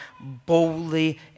boldly